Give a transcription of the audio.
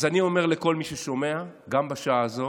אז אני אומר לכל מי ששומע גם בשעה זו: